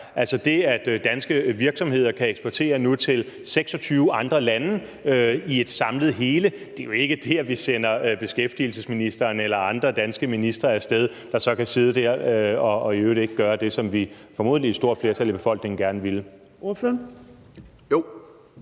altså det, at danske virksomheder nu kan eksportere til 26 andre lande i et samlet hele. Det er jo ikke der, vi sender beskæftigelsesministeren eller andre danske ministre af sted for så at sidde dér og i øvrigt ikke gøre det, som vi – formodentlig en stor del af befolkningen – gerne ville.